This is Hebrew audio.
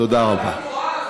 תודה רבה.